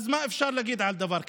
מה אפשר להגיד על דבר כזה?